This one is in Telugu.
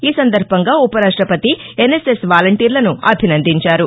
ఈ సందర్భంగా ఉపరాష్టపతి ఎన్ఎస్ఎస్ వాలంటీర్లను అభినందించారు